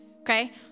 okay